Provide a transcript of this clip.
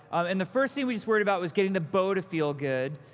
um and the first thing we worried about was getting the bow to feel good.